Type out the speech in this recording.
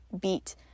beat